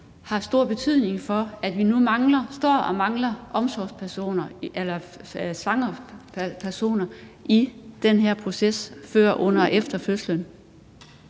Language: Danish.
har stor betydning for, at vi nu står og mangler svangerskabspersonale i den her proces før, under og efter fødslen?